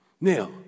Now